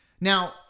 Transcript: Now